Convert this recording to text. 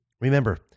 Remember